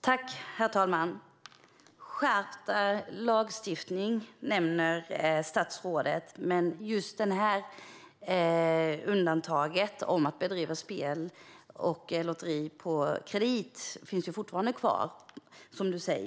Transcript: Herr talman! Statsrådet nämner skärpt lagstiftning, men som statsrådet säger finns just detta undantag gällande att bedriva spel och lotteriverksamhet på kredit fortfarande kvar.